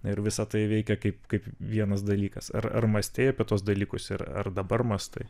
ir visa tai veikia kaip kaip vienas dalykas ar ar mąstei apie tuos dalykus ir ar dabar mąstai